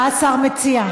מה השר מציע?